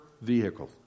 vehicle